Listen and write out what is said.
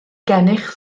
gennych